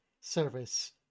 service